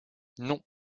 non